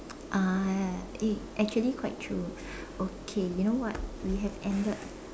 ah ya eh actually quite true okay you know what we have ended